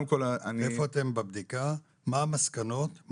מה המסקנות?